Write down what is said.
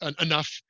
enough